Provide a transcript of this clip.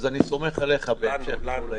אז אני סומך עליך בהמשך ניהול הישיבה.